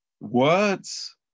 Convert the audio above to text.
words